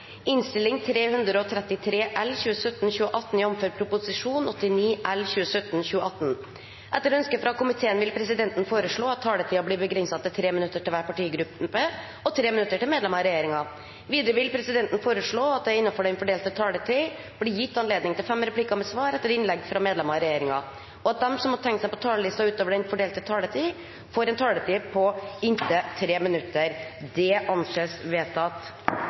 minutter til medlemmer av regjeringen. Videre vil presidenten foreslå at det – innenfor den fordelte taletid – blir gitt anledning til inntil fem replikker med svar etter innlegg fra medlemmer av regjeringen, og at de som måtte tegne seg på talerlisten utover den fordelte taletid, får en taletid på inntil 3 minutter. – Det anses vedtatt.